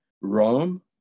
Rome